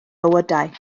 bywydau